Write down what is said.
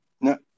No